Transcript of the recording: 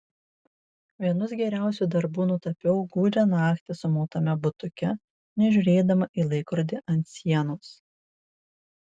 vienus geriausių darbų nutapiau gūdžią naktį sumautame butuke nežiūrėdama į laikrodį ant sienos